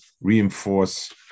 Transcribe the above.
reinforce